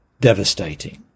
devastating